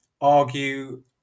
argue